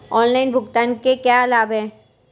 Online भुगतान के क्या लाभ हैं?